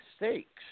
mistakes